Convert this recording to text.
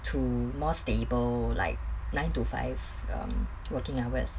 to more stable like nine to five um working hours